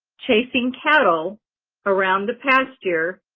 chasing cattle around the pasture.